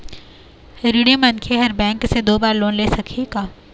ऋणी मनखे हर बैंक से दो बार लोन ले सकही का?